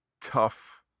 tough